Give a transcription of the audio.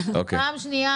בפעם השנייה,